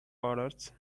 orders